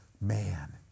man